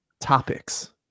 topics